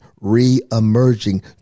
re-emerging